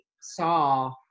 saw